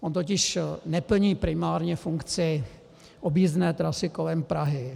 On totiž neplní primárně funkci objízdné trasy kolem Prahy.